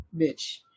bitch